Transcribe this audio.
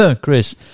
Chris